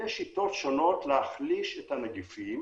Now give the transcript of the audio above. יש שיטות שונות להחליש את הנגיפים,